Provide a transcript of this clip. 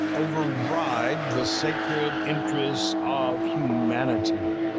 over-ride the sacred interests of humanity?